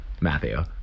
Matthew